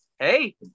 Hey